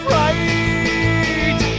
right